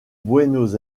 buenos